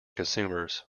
consumers